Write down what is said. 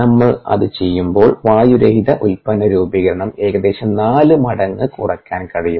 നമ്മൾ അത് ചെയ്യുമ്പോൾ വായുരഹിത ഉൽപന്ന രൂപീകരണം ഏകദേശം 4 മടങ്ങ് കുറയ്ക്കാൻ കഴിയും